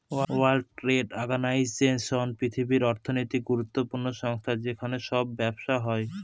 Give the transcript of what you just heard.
world Trade Organization পৃথিবীর অর্থনৈতিক গুরুত্বপূর্ণ সংস্থা যেখানে সব ব্যবসা হয়